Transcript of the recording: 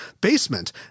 basement